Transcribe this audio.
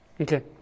Okay